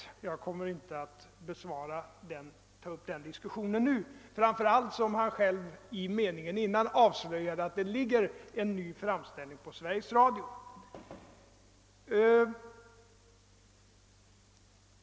Jag kommer inte att ta upp saken till diskussion nu, framför allt som herr Westberg i meningen innan avslöjade att det ligger en ny framställning hos Sveriges Radio.